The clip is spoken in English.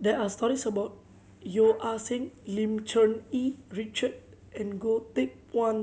there are stories about Yeo Ah Seng Lim Cherng Yih Richard and Goh Teck Phuan